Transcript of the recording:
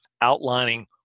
outlining